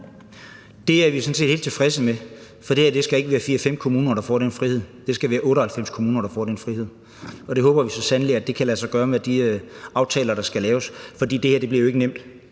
set ikke tilfredse med, for det her skal ikke være 4-5 kommuner, der får den frihed – det skal være 98 kommuner, der får den frihed. Vi håber så sandelig, at det kan lade sig gøre med de aftaler, der skal laves, for det her bliver jo ikke nemt.